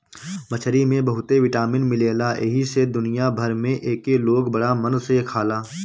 मछरी में बहुते विटामिन मिलेला एही से दुनिया भर में एके लोग बड़ा मन से खाला